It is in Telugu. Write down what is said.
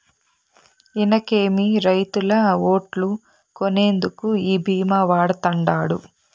ఇనకేమి, రైతుల ఓట్లు కొనేందుకు ఈ భీమా వాడతండాడు